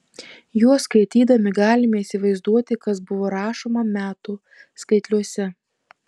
juos skaitydami galime įsivaizduoti kas buvo rašoma metų skaitliuose